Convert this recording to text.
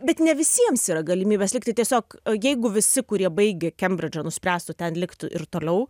bet ne visiems yra galimybės likti tiesiog a jeigu visi kurie baigę kembridžą nuspręstų ten likt ir toliau